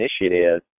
initiative